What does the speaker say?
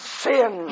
sin